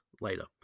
later